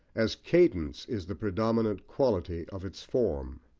as cadence is the predominant quality of its form.